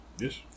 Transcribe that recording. Yes